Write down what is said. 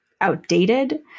outdated